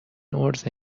عرضه